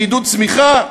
מעידוד צמיחה?